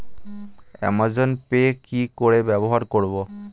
Amazon Pay কি করে ব্যবহার করব?